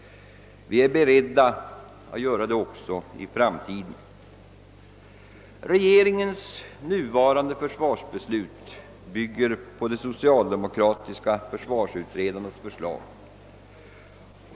Vi är beredda att göra det också i framtiden.» slut bygger på de socialdemokratiska försvarsutredarnas förslag.